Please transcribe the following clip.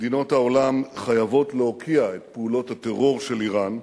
מדינות העולם חייבות להוקיע את פעולות הטרור של אירן,